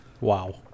Wow